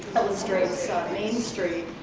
illustrates main street.